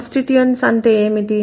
constituent అంటే ఏమిటి